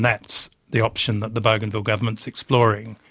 that's the option that the bougainville government is exploring.